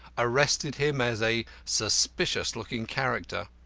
arrested him as a suspicious-looking character.